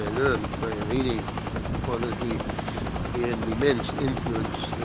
and learned by and reading, and apology in immense influence